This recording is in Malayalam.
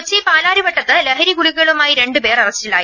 കൊച്ചി പാലാരിവട്ടത്ത് ലഹരിഗുളികകളുമായി രണ്ടു പേർ അറസ്റ്റിലായി